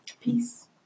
Peace